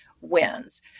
wins